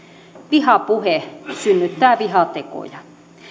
vihapuhe synnyttää vihatekoja